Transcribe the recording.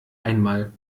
einmal